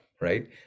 right